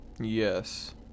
Yes